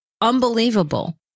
unbelievable